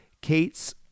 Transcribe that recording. Kate's